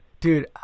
Dude